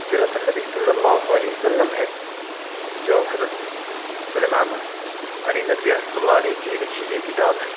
سیرتُ النّبی صلی اللّہ علیہ وسلم ہے جو حضرت سلیمان علی ندوی رحمتہ اللہ علیہ کی لکھی ہوئی کتاب ہے